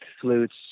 flutes